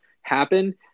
happen